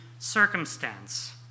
circumstance